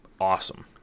awesome